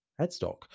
headstock